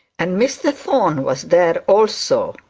and mr thorne was there also.